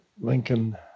Lincoln